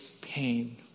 pain